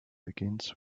begins